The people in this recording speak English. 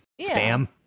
spam